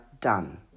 done